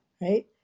right